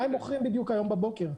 מה הם מוכרים בדיוק היום בבוקר?